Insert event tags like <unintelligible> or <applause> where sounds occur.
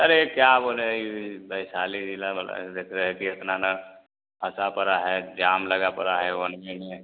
अरे क्या बोलें यह वैशाली जिला में रह कर इतना नर्क फँसा पड़ा है जाम लगा पड़ा है <unintelligible>